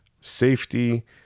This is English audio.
safety